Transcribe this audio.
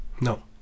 No